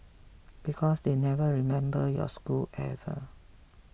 because they never remember your school ever